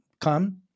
come